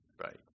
Right